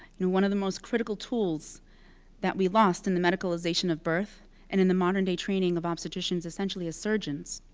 you know one of the most critical tools that we lost in the medicalization of birth and in the modern-day training of obstetricians essentially as surgeons,